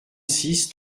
six